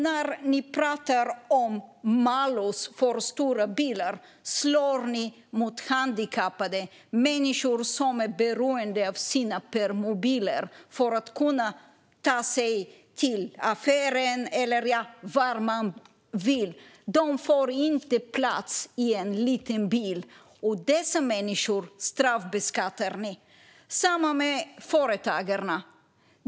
När ni pratar om malus för stora bilar slår ni mot handikappade - människor som är beroende av sina permobiler för att kunna ta sig till affären eller vart de vill. De får inte plats i en liten bil. Dessa människor straffbeskattar ni. Detsamma gäller företagarna.